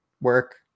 work